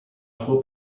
suo